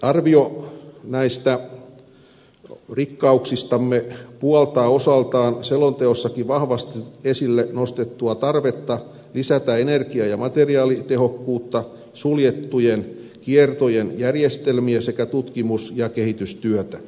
arvio näistä rikkauksistamme puoltaa osaltaan selonteossakin vahvasti esille nostettua tarvetta lisätä energia ja materiaalitehokkuutta suljettujen kiertojen järjestelmiä sekä tutkimus ja kehitystyötä